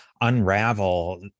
unravel